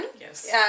Yes